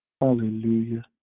Hallelujah